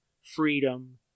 freedom